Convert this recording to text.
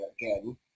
again